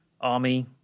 army